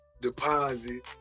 deposit